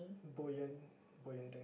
buoyant buoyant thing